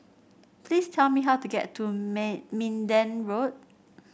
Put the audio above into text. please tell me how to get to Mi Minden Road